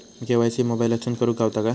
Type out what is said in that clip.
KYC मोबाईलातसून करुक गावता काय?